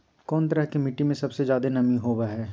कौन तरह के मिट्टी में सबसे जादे नमी होबो हइ?